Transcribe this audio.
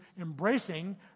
embracing